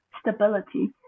stability